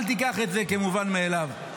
אל תיקח את זה כמובן מאליו.